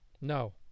no